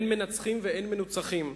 אין מנצחים ואין מנוצחים.